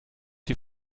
die